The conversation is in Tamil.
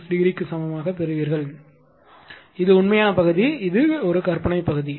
36 ° க்கு சமமாக பெறுவீர்கள் இது உங்கள் உண்மையான பகுதி இது ஒரு கற்பனை பகுதி